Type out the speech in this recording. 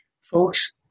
Folks